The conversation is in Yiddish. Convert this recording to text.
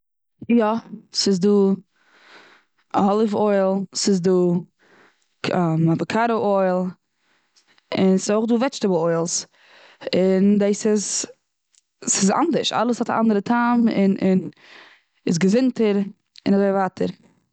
יא, ס'איז דא אליוו אויל, ס'איז דא אוואקאדא אויל, און ס'איז אויך דא וועדזשטעבל אוילס. און, דאס איז ס'איז אנדערש אלעס האט א אנדערע טעם, און און איז געזונטער און אזוי ווייטער.